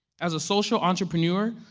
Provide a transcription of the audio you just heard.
as a social entrepreneur,